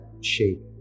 shape